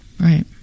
Right